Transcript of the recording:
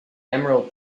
emerald